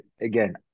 again